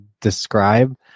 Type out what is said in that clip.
describe